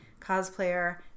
cosplayer